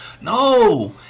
No